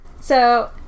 So-